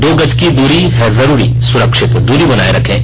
दो गज की दूरी है जरूरी सुरक्षित दूरी बनाए रखें